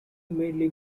mainly